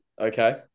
Okay